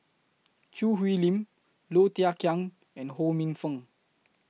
Choo Hwee Lim Low Thia Khiang and Ho Minfong